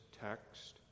text